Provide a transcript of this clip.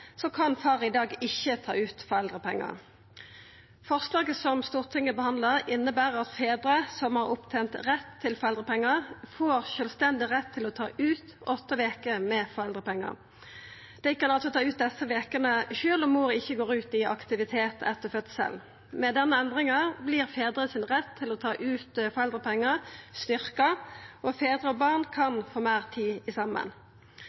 kan far i dag ikkje ta ut foreldrepengar. Forslaget som Stortinget behandlar, inneber at fedrar som har opptent rett til foreldrepengar, får sjølvstendig rett til å ta ut åtte veker med foreldrepengar. Dei kan altså ta ut desse vekene sjølv om mor ikkje går ut i aktivitet etter fødselen. Med denne endringa vert fedrar sin rett til å ta ut foreldrepengar styrkt, og far og barn